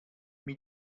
mir